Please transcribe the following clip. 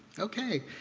okay,